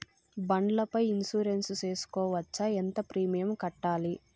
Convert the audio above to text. బండ్ల పై ఇన్సూరెన్సు సేసుకోవచ్చా? ఎంత ప్రీమియం కట్టాలి?